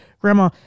grandma